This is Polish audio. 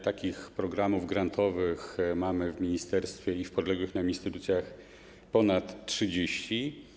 Takich programów grantowych mamy w ministerstwie i w podległych nam instytucjach ponad 30.